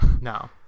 No